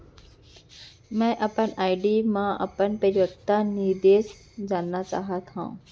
मै अपन आर.डी मा अपन परिपक्वता निर्देश जानना चाहात हव